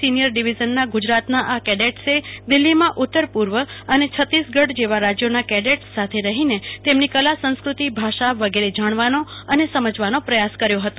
senior ડીવીઝનના ગુજરાતના આ કેડેચએ દિલ્હીમાં ઉતર પૂર્વ અને છતીસગઢ જેવા રાજ્યોના કેડેટસ સાથે રહીને તેમની કલા સંસ્કૃતિ ભાષા વગેરે જાણવાનો અને સમજવાનો પ્રયાસ કર્યો હતો